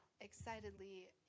excitedly